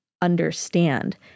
understand